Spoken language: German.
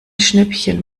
schnäppchen